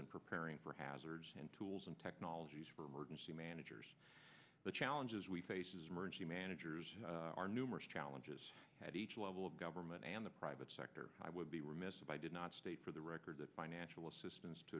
in preparing for hazards and tools and technologies for emergency managers the challenges we face emergency managers are numerous challenges at each level of government and the private sector i would be remiss if i did not state for the record that financial assistance to